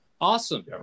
Awesome